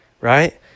right